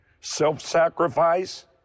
self-sacrifice